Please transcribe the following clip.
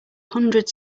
hundred